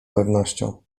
pewnością